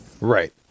Right